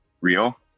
real